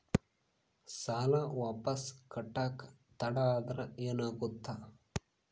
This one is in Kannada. ಸಾಲ ವಾಪಸ್ ಕಟ್ಟಕ ತಡ ಆದ್ರ ಏನಾಗುತ್ತ?